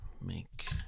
make